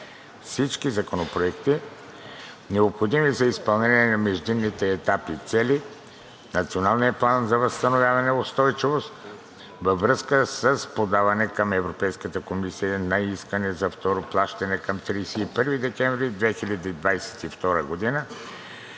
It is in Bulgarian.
всички законопроекти, необходими за изпълнение на междинните етапни цели по Националния план за възстановяване и устойчивост, във връзка с подаване към Европейската комисия на искане за второ плащане към 31 декември 2022 г.